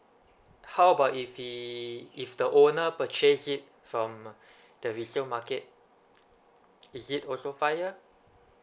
how about if he if the owner purchased it from the resale market is it also five year